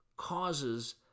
causes